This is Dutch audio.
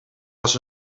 was